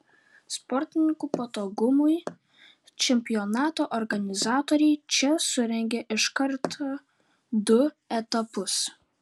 sportininkų patogumui čempionato organizatoriai čia surengė iš karto du etapus